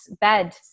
bed